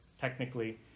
technically